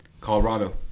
Colorado